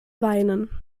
weinen